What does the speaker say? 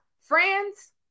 friends